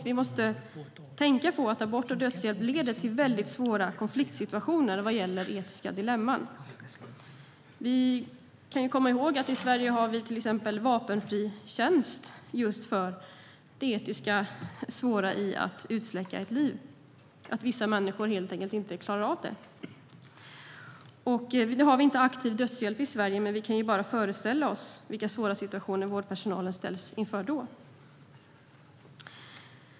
Vi måste tänka på att abort och dödshjälp leder till väldigt svåra konfliktsituationer vad gäller etiska dilemman. Vi kan komma ihåg att vi i Sverige till exempel har vapenfri tjänst just med tanke på det etiskt svåra i att utsläcka ett liv. Vissa människor klarar helt enkelt inte av det. Nu har vi inte aktiv dödshjälp i Sverige. Vi kan bara föreställa oss vilka svåra situationer vårdpersonalen då ställs inför.